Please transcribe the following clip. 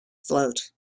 float